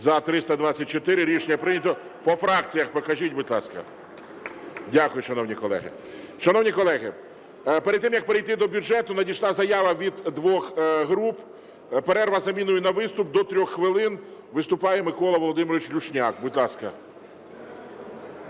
За-324 Рішення прийнято. По фракціях покажіть, будь ласка. Дякую, шановні колеги. Шановні колеги, перед тим як перейти до бюджету, надійшла заява від двох груп, перерва з заміною на виступ – до 3 хвилин. Виступає Микола Володимирович Люшняк. Будь ласка.